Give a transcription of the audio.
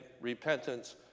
repentance